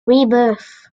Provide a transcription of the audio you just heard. rebirth